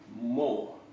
more